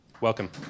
Welcome